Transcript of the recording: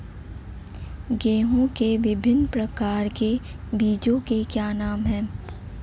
गेहूँ के विभिन्न प्रकार के बीजों के क्या नाम हैं?